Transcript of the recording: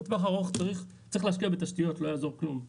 בטווח הארוך, צריך להשקיע בתשתיות ולא יעזור כלום.